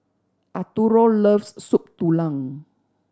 Arturo loves Soup Tulang